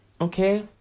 okay